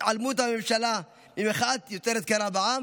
התעלמות הממשלה ממחאה יוצרת קרע בעם?